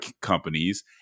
companies